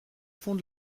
fond